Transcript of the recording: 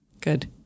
Good